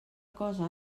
cosa